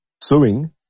suing